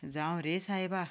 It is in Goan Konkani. जावं रे सायबा